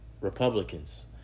Republicans